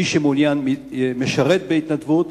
מי שמעוניין משרת בהתנדבות.